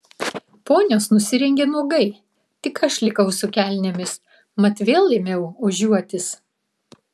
ponios nusirengė nuogai tik aš likau su kelnėmis mat vėl ėmiau ožiuotis